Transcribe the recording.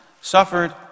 suffered